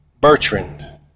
Bertrand